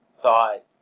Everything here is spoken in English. thought